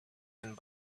and